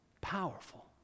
Powerful